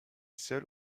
seule